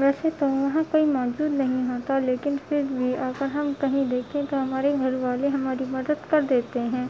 ویسے تو وہاں کوئی موجود نہیں ہوتا لیکن پھر بھی اگر ہم کہیں دیکھیں تو ہمارے گھر والے ہماری مدد کر دیتے ہیں